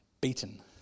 Beaten